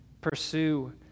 Pursue